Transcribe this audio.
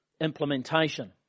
Implementation